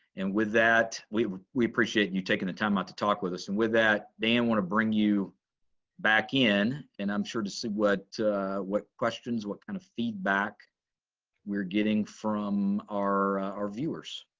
and with that, we we appreciate you taking the time out to talk with us, and with that, dan, i wanna bring you back in, and i'm sure to see what what questions, what kind of feedback we're getting from our our viewers.